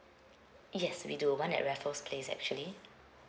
yes we do one at raffles place actually